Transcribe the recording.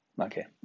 Okay